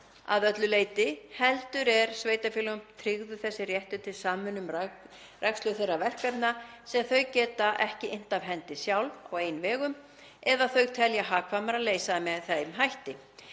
að öllu leyti heldur er sveitarfélögum tryggður þessi réttur til samvinnu um rekstur þeirra verkefna sem þau geta ekki innt af hendi sjálf og á eigin vegum eða þau telja hagkvæmara að leysa með þeim hætti.